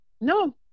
no